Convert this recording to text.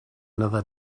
another